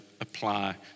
apply